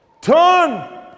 Turn